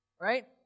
right